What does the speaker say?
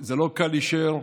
זה לא תקדים, זה דבר סביר.